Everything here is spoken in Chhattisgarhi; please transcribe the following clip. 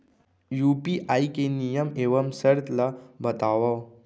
यू.पी.आई के नियम एवं शर्त ला बतावव